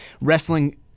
wrestling